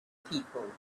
people